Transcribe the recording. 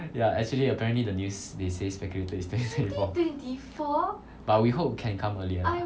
ya actually apparently the news they say speculated is twenty twenty four but we hope can come earlier